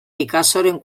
picassoren